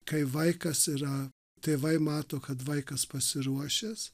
kai vaikas yra tėvai mato kad vaikas pasiruošęs